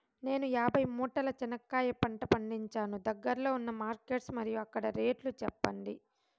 నేను యాభై మూటల చెనక్కాయ పంట పండించాను దగ్గర్లో ఉన్న మార్కెట్స్ మరియు అక్కడ రేట్లు చెప్పండి?